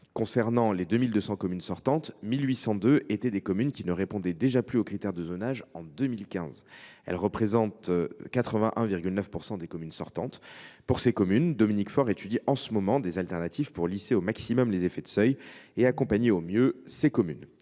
Sur les 2 200 communes sortantes, 1 802 ne répondaient déjà plus aux critères de zonage en 2015 ; cela représente 81,9 % des communes sortantes. Dominique Faure étudie en ce moment des alternatives pour lisser au maximum les effets de seuil et accompagner au mieux ces communes.